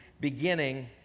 beginning